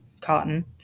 Cotton